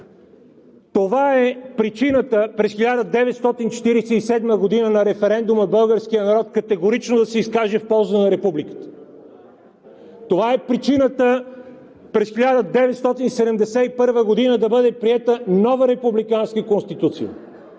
Това е причината на референдума от 1947 г. българският народ категорично да се изкаже в полза на републиката. Това е причината през 1971 г. да бъде приета нова републиканска Конституция.